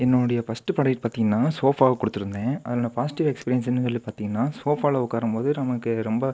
என்னோடைய first product பார்த்திங்னா சோஃபாவை கொடுத்துருந்தேன் அதனோடய பாஸிட்டிவ் எக்ஸ்பீரியன்ஸ்ன்னு சொல்லி பார்த்திங்னா சோஃபாவில உக்காரும் போது நமக்கு ரொம்ப